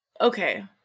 Okay